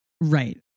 Right